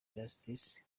justice